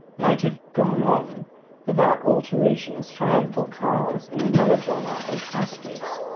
might have gone on without alteration as triumphal cars in a melodrama at astley's.